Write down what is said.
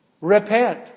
repent